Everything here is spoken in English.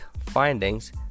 findings